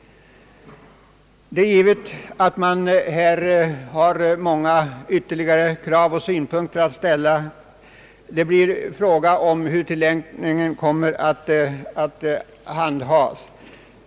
Många ytterligare krav och synpunkter finns helt naturligt att ställa och anföra — det blir beroende på hur tilllämpningen handhas.